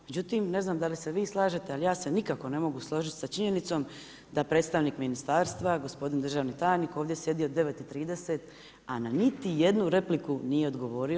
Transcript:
Međutim, ne znam da li se vi slažete, ali aj se nikako ne mogu složiti sa činjenicom da predstavnik ministarstva, gospodin državni tajnik ovdje sjedi od 9 i 30 a na niti jednu repliku nije odgovorio.